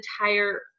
entire